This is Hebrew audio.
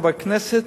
חבר כנסת,